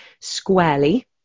squarely